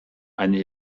eine